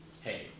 hey